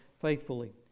faithfully